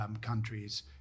countries